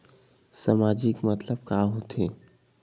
सामाजिक मतलब का होथे?